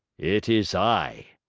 it is i,